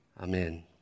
Amen